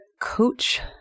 coach